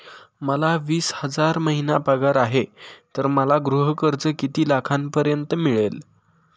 मला वीस हजार महिना पगार आहे तर मला गृह कर्ज किती लाखांपर्यंत मिळेल?